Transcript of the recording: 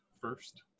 first